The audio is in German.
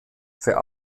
für